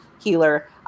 healer